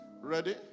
Ready